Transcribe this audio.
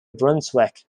brunswick